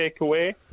takeaway